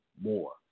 more